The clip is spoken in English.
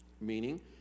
meaning